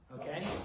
okay